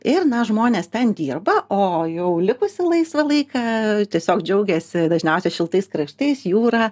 ir na žmonės ten dirba o jau likusį laisvą laiką tiesiog džiaugiasi dažniausiai šiltais kraštais jūra